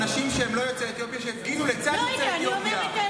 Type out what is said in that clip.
מה עם אנשים שהם לא יוצאי אתיופיה שהפגינו לצד יוצאי אתיופיה,